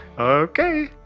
Okay